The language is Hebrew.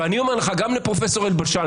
ואני אומר לך וגם לפרופ' אלבשן.